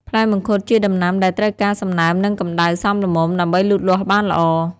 ផ្លែមង្ឃុតជាដំណាំដែលត្រូវការសំណើមនិងកម្ដៅសមល្មមដើម្បីលូតលាស់បានល្អ។